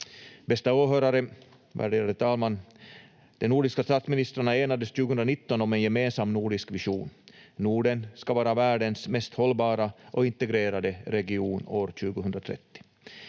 Bästa åhörare! Värderade talman! De nordiska statsministrarna enades 2019 om en gemensam nordisk vision: Norden ska vara världens mest hållbara och integrerade region år 2030.